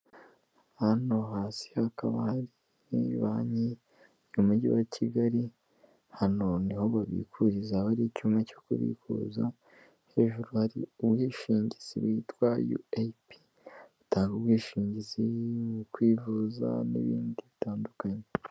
Hano hasi hakaba hari banki mu mujyi wa Kigali, hano niho babikuririza haba hari icyuma cyo kubikuza, hejuru hari umwishingizi witwa uap, batanga ubwishingizi mu kwivuza n'ibindi bitandukanye.